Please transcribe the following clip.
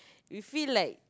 you feel like